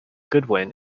goodwin